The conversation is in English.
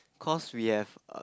cause we have